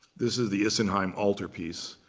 this is the isenheim altarpiece.